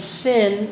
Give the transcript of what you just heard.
sin